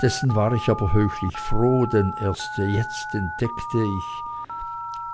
dessen war ich aber höchlich froh denn erst jetzt entdeckte ich